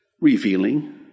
Revealing